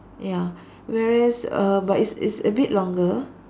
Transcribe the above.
ya whereas uh but it's it's a bit longer